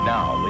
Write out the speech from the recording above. Now